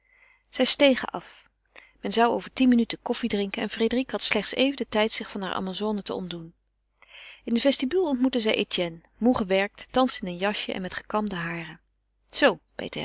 zij stegen af men zou over tien minuten koffiedrinken en frédérique had slechts even den tijd zich van hare amazone te ontdoen in de vestibule ontmoette zij etienne moê gewerkt thans in een jasje en met gekamde haren zoo beet